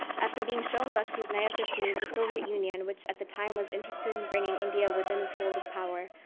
after being shown bakshi's naya kashmir, the soviet union, which at the time was interested in bringing india within its fold of power,